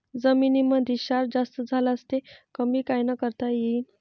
जमीनीमंदी क्षार जास्त झाल्यास ते कमी कायनं करता येईन?